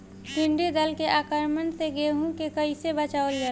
टिडी दल के आक्रमण से गेहूँ के कइसे बचावल जाला?